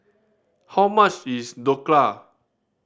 how much is Dhokla